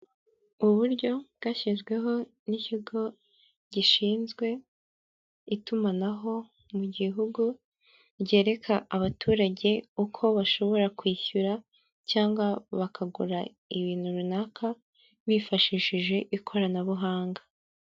Uburyo bwashyizweho n'ikigo gishinzwe itumanaho mu gihugu ryereka abaturage uko bashobora kwishyura cyangwa bakagura ibintu runaka bifashishije ikoranabuhanga.